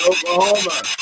Oklahoma